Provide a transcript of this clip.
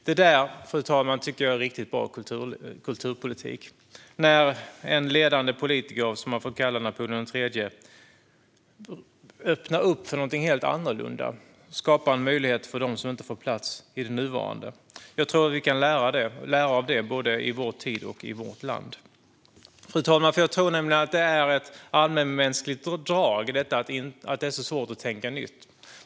Detta, fru talman, tycker jag är riktigt bra kulturpolitik: en ledande politiker, som man får kalla Napoleon III, som öppnar upp för någonting helt annorlunda och skapar en möjlighet för dem som inte får plats i det nuvarande. Jag tror att vi kan lära av det både i vår tid och i vårt land. Fru talman! Jag tror nämligen att det är ett allmänmänskligt drag att det är svårt att tänka nytt.